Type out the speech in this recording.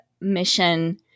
Mission